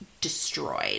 destroyed